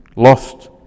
lost